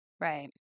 Right